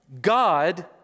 God